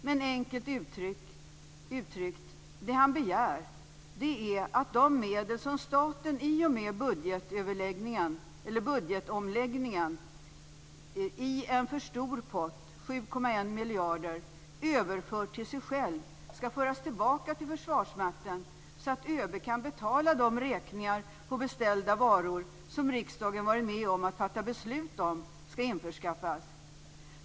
Men, enkelt uttryckt, det han begär är att de medel som staten i och med budgetomläggningen i en för stor pott, 7,1 miljarder, överfört till sig själv skall föras tillbaka till Försvarsmakten, så att ÖB kan betala de räkningar på beställda varor som riksdagen varit med om att fatta beslut om skall införskaffas.